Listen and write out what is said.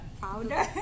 powder